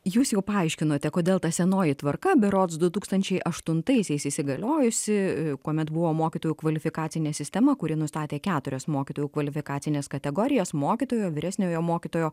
jūs jau paaiškinote kodėl ta senoji tvarka berods du tūkstančiai aštuntaisiais įsigaliojusi kuomet buvo mokytojų kvalifikacinė sistema kuri nustatė keturias mokytojų kvalifikacines kategorijas mokytojo vyresniojo mokytojo